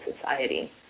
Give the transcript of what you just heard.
society